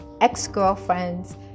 ex-girlfriends